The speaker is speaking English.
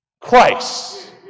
Christ